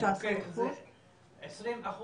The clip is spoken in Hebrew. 20%,